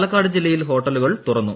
പാലക്കാട് ജില്ലയിൽ ഹോട്ടലുകൾ തുറന്നു